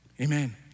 Amen